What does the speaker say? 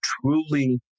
truly